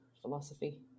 philosophy